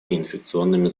неинфекционными